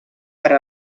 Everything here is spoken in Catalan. per